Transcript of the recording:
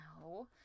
No